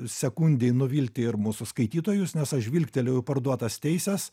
sekundei nuvilti ir mūsų skaitytojus nes aš žvilgtelėjau į parduotas teises